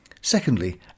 Secondly